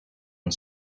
and